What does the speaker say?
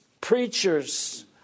preachers